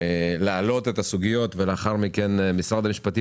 להעלות את הסוגיות ולאחר מכן משרד המשפטים